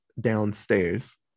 downstairs